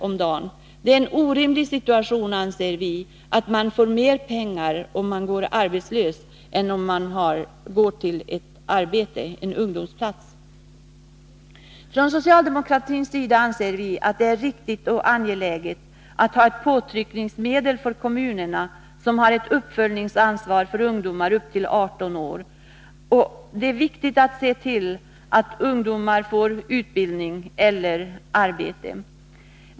om dagen. Det är en orimlig situation, anser vi, att man får mer pengar om man är arbetslös än om man går till ett arbete, en s.k. ungdomsplats. Från socialdemokratins sida anser vi att det är riktigt och angeläget att ha ett påtryckningsmedel gentemot kommunerna, som har ett uppföljningsansvar för ungdomar upp till 18 år. Det är viktigt att se till att ungdomar får utbildning eller arbete.